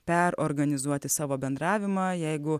perorganizuoti savo bendravimą jeigu